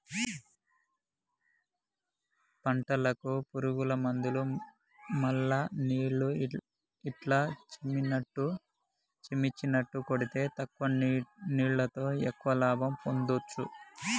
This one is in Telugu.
పంటలకు పురుగుల మందులు మల్ల నీళ్లు ఇట్లా చిమ్మిచినట్టు కొడితే తక్కువ నీళ్లతో ఎక్కువ లాభం పొందొచ్చు